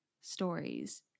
stories